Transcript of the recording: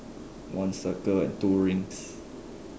one circle and two rings